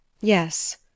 Yes